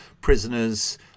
prisoners